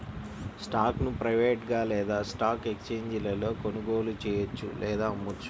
స్టాక్ను ప్రైవేట్గా లేదా స్టాక్ ఎక్స్ఛేంజీలలో కొనుగోలు చెయ్యొచ్చు లేదా అమ్మొచ్చు